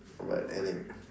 but anyway